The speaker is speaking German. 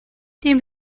dem